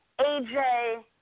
AJ